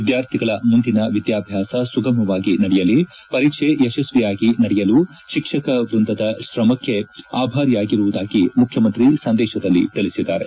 ವಿದ್ಯಾರ್ಥಿಗಳ ಮುಂದಿನ ವಿದ್ಯಾಭ್ಯಾಸ ಸುಗಮವಾಗಿ ನಡೆಯಲಿ ಪರೀಕ್ಷೆ ಯಶಸ್ವಿಯಾಗಿ ನಡೆಯಲು ಶಿಕ್ಷಕ ವೃಂದದ ಶ್ರಮಕ್ಕೆ ಅಭಾರಿಯಾಗಿರುವುದಾಗಿ ಮುಖ್ಯಮಂತ್ರಿ ಸಂದೇಶದಲ್ಲಿ ತಿಳಿಸಿದ್ದಾರೆ